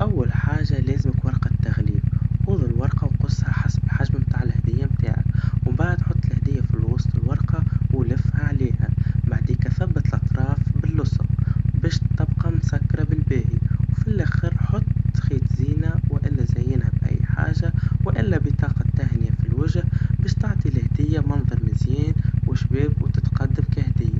أول حاجا ورق التغليف, خذ الورقا وقصها حسب الحجم متاع الهديا متاعك, ومن بعد حط الهديا فالوسط الورقا, ولفها عليها, بعديك ثبت الاطراف باللصق, باش تبقى مسكرا بالباهي, وفالاخر حط خيط زينا وإلا زينها بأي حاجا, وإلا بطاقا تهنيا في الوجه باش تعطي الهديا منظر مزيان, وشباب وتتقدم كهديا.